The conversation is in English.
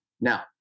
Now